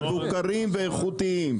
מבוקרים ואיכותיים.